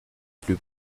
plus